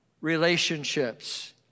relationships